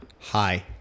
Hi